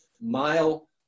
mile